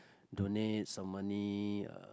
donate some money uh